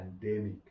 pandemic